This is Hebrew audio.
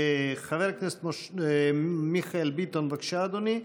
חבר הכנסת מיכאל ביטון, בבקשה, אדוני.